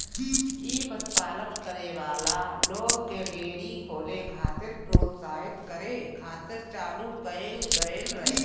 इ पशुपालन करे वाला लोग के डेयरी खोले खातिर प्रोत्साहित करे खातिर चालू कईल गईल रहे